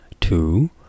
Two